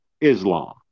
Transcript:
Islam